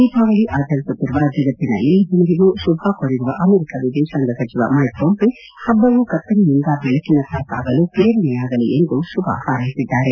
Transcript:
ದೀಪಾವಳಿ ಆಚರಿಸುತ್ತಿರುವ ಜಗತ್ತಿನ ಎಲ್ಲ ಜನರಿಗೂ ಶುಭ ಕೋರಿರುವ ಅಮೆರಿಕ ವಿದೇಶಾಂಗ ಸಚಿವ ಮೈಕ್ಪೊಂಪೆ ಪಬ್ಬವು ಕತ್ತಲಿನಿಂದ ಬೆಳಕಿನತ್ತ ಸಾಗಲು ಪ್ರೇರಣೆಯಾಗಲಿ ಎಂದು ಶುಭ ಪಾರೈಸಿದ್ದಾರೆ